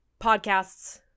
Podcasts